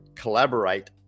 collaborate